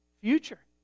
future